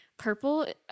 Purple